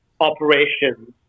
operations